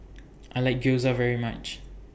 I like Gyoza very much